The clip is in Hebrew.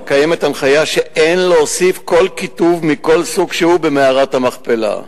קיימת הנחיה שאין להוסיף כל כיתוב מכל סוג שהוא במערת המכפלה.